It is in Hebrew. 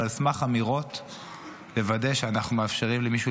ועל סמך אמירות לוודא שאנחנו מאפשרים למישהו